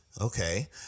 Okay